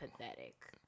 pathetic